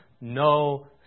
no